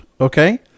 okay